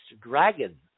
Dragon